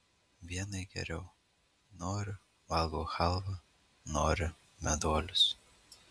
vienai geriau noriu valgau chalvą noriu meduolius